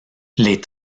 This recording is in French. les